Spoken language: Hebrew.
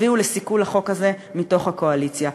הביאו לסיכול החוק הזה מתוך הקואליציה.